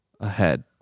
ahead